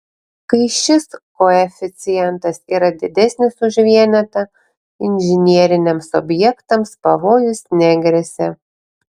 kai šis koeficientas yra didesnis už vienetą inžineriniams objektams pavojus negresia